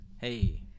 hey